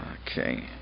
Okay